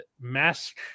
mask